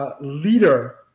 leader